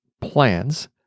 plans